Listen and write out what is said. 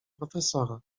profesora